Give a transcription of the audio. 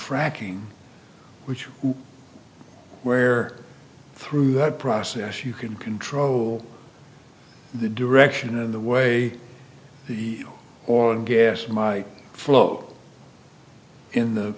fracking which where through that process you can control the direction and the way the oil and gas might flow in the